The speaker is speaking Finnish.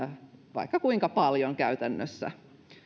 vaikka kuinka paljon käytännössä